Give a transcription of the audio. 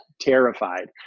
terrified